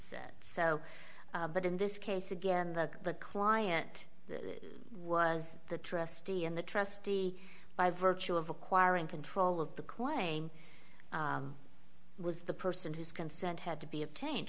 so but in this case again the the client was the trustee in the trustee by virtue of acquiring control of the claim was the person whose consent had to be obtained